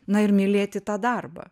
na ir mylėti tą darbą